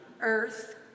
Earth